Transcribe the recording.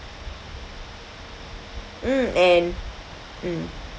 mm and mm